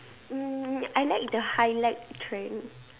mm I like the highlight trend